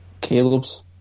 Caleb's